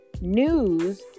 news